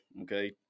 okay